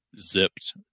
zipped